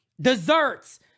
desserts